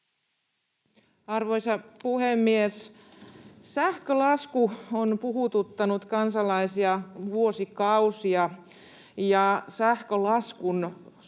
Arvoisa puhemies! Sähkölasku on puhututtanut kansalaisia vuosikausia, ja sähkölaskun